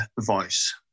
voice